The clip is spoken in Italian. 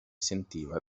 sentiva